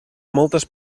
moltes